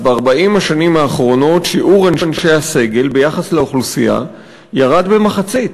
אז ב-40 השנים האחרונות שיעור אנשי הסגל ביחס לאוכלוסייה ירד במחצית.